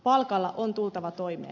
palkalla on tultava toimeen